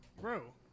Bro